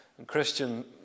Christian